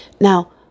Now